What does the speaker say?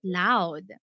loud